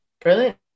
Brilliant